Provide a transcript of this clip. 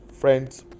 friends